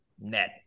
net